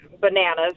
bananas